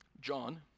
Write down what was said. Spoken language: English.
John